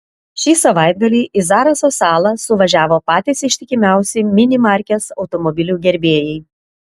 šį savaitgalį į zaraso salą suvažiavo patys ištikimiausi mini markės automobilių gerbėjai